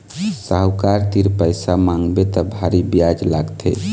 साहूकार तीर पइसा मांगबे त भारी बियाज लागथे